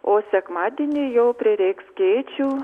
o sekmadienį jau prireiks skėčių